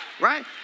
right